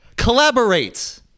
Collaborate